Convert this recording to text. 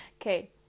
okay